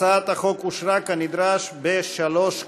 הצעת החוק אושרה כנדרש בשלוש קריאות.